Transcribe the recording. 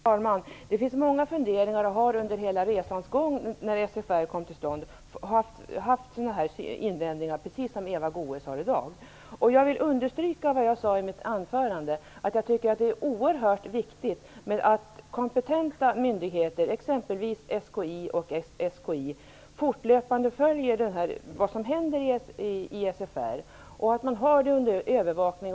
Herr talman! Det finns många funderingar, och det har under resans gång, ända sedan SFR kom till stånd, funnits sådana invändningar som Eva Goës har i dag. Jag vill understryka vad jag sade i mitt anförande, nämligen att jag tycker att det är oerhört viktigt att kompetenta myndigheter, t.ex. SKI och SSI, fortlöpande följer vad som händer i SFR och har det under övervakning.